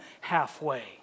halfway